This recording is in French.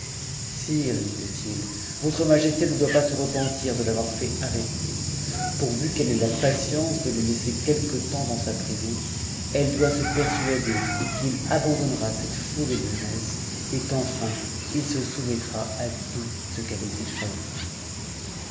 sire lui disait-il votre majesté ne doit pas se repentir de l'avoir fait arrêter pourvu qu'elle ait la patience de le laisser quelque temps dans sa prison elle doit se persuader qu'il abandonnera cette fougue de jeunesse et qu'enfin il se soumettm à tout ce qu'elle exigera de lui